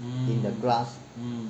in the class